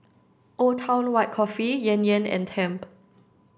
Old Town White Coffee Yan Yan and Tempt